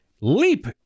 leap